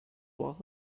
wallet